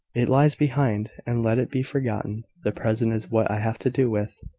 it lies behind, and let it be forgotten. the present is what i have to do with,